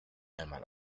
einmal